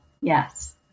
yes